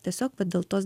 tiesiog vat dėl tos